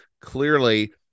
clearly